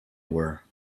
were